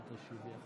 אל תשיבי.